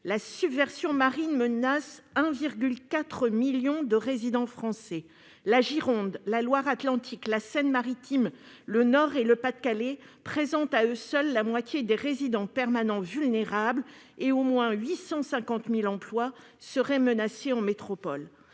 La submersion marine menace 1,4 million de résidents français. La Gironde, la Loire-Atlantique, la Seine-Maritime, le Nord et le Pas-de-Calais présentent, à eux seuls, la moitié des résidents permanents vulnérables. Enfin, au moins 850 000 emplois seraient menacés en métropole.